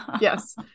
Yes